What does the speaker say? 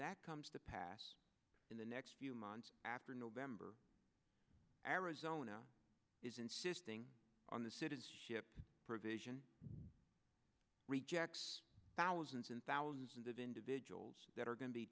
that comes to pass in the next few months after november arizona is insisting on the citizenship provision rejects thousands and thousands of individuals that are going to be